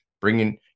bringing